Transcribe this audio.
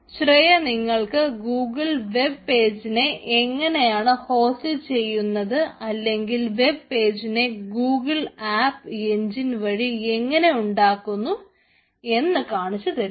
ശ്രേയ നിങ്ങൾക്ക് Google web പേജിനെ എങ്ങനെയാണ് ഹോസ്റ്റ് ചെയ്യുന്നത് അല്ലെങ്കിൽ വെബ് പേജിനെ ഗൂഗുൾ ആപ്പ് എൻജിൻ വഴി എങ്ങനെ ഉണ്ടാക്കുന്നു എന്നു കാണിച്ചു തരും